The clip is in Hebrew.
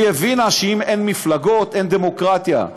היא הבינה שאם אין מפלגות, אין דמוקרטיה.